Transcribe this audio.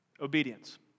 obedience